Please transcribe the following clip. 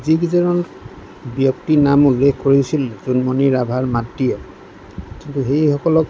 যিকেইজন ব্যক্তিৰ নাম উল্লেখ কৰিছিল জোনমনি ৰাভাৰ মাতৃয়ে কিন্তু সেইসকলক